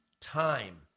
time